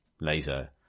laser